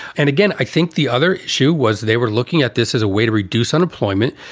and again, i think the other shoe was they were looking at this as a way to reduce unemployment,